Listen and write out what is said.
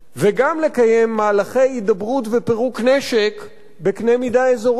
וגם לקיים מהלכי הידברות ופירוק נשק בקנה מידה אזורי.